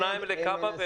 2 לכב"א,